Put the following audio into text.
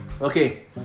Okay